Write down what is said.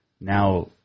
now